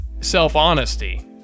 self-honesty